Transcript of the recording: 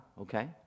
Okay